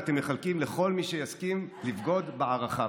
ואתם מחלקים לכל מי שיסכים לבגוד בערכיו.